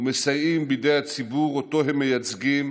ומסייעים בידי הציבור שאותו הם מייצגים